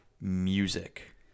music